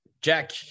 Jack